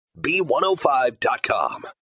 B105.com